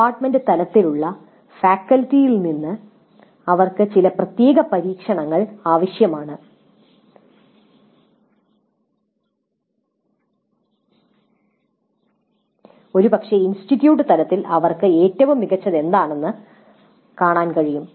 department തലത്തിലുള്ള ഫാക്കൽറ്റിയിൽ നിന്ന് അവർക്ക് ചില പ്രത്യേക പരീക്ഷണങ്ങൾ ആവശ്യമാണ് ഒരുപക്ഷേ ഇൻസ്റ്റിറ്റ്യൂട്ട് തലത്തിൽ അവർക്ക് ഏറ്റവും മികച്ചത് എന്താണെന്ന് കാണാനും